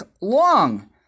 Long